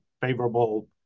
favorable